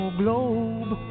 globe